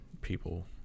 people